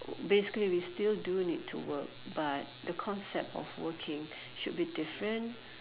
basically we still do need to work but the concept of working should be different